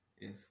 Yes